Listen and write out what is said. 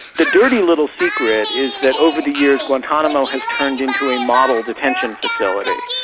the dirty little secret is that over the years, guantanamo has turned into a model detention facility.